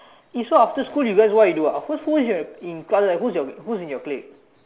eh so after school you guys what you guys do ah in class who's who's in your clique